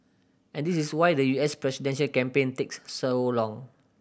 and this is why the U S presidential campaign takes so long